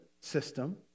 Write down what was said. system